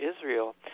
Israel